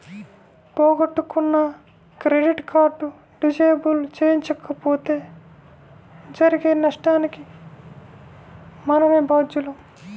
పోగొట్టుకున్న credit card disable చేయించకపోతే జరిగే నష్టానికి మనమే బాధ్యులం